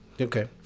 Okay